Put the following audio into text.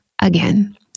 again